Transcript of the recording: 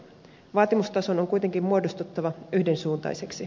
vaatimustason on kuitenkin muodostuttava yhdensuuntaiseksi